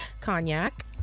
cognac